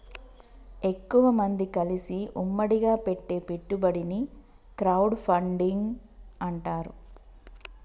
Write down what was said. ఎక్కువమంది కలిసి ఉమ్మడిగా పెట్టే పెట్టుబడిని క్రౌడ్ ఫండింగ్ అంటారు